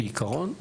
בעיקרון,